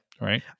Right